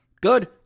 Good